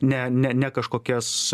ne ne ne kažkokias